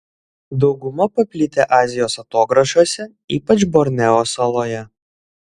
dauguma paplitę azijos atogrąžose ypač borneo saloje